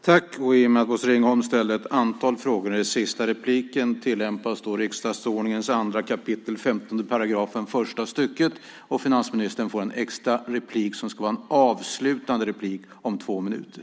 Eftersom Bosse Ringholm ställde ett antal frågor i sitt sista inlägg tillämpas riksdagsordningens 2 kap. 15 § första stycket, och finansministern får ett extra avslutande inlägg om två minuter.